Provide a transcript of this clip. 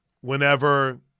whenever